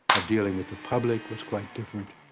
of dealing with the public was quite different.